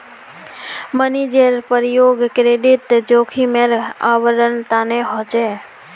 मार्जिनेर प्रयोग क्रेडिट जोखिमेर आवरण तने ह छे